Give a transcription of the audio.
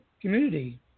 community